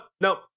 nope